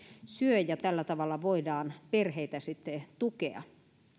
syö ja tällä tavalla voidaan perheitä sitten tukea